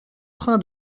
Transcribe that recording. train